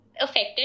affected